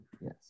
yes